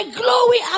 glory